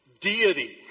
deity